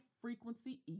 frequency